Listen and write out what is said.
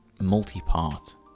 multi-part